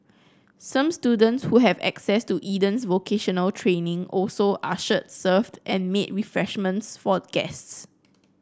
some students who have had access to Eden's vocational training also ushered served and made refreshments for guests